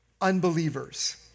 unbelievers